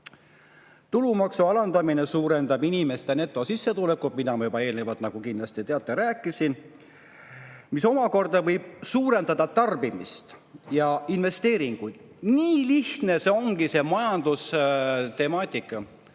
Tulumaksu alandamine suurendab inimeste netosissetulekut – sellest ma juba eelnevalt, nagu kindlasti teate, rääkisin – ning see omakorda võib suurendada tarbimist ja investeeringuid. Nii lihtne see ongi, see majandustemaatika.